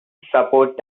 support